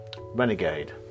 Renegade